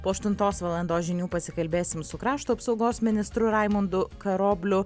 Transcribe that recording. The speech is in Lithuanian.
po aštuntos valandos žinių pasikalbėsim su krašto apsaugos ministru raimundu karobliu